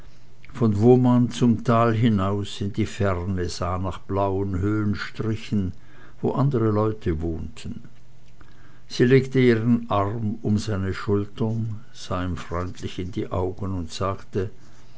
von wo man zum tal hinaus in die ferne sah nach blauen höhenstrichen wo andre leute wohnten sie legte ihren arm um seine schultern sah ihm freundlich in die augen und sagte